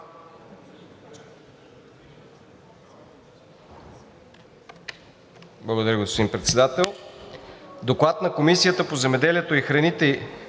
Благодаря, господин Председател.